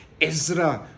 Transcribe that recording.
Ezra